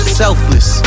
selfless